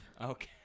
Okay